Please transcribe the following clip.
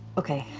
okay.